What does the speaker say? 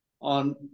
on